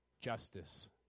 justice